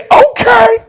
okay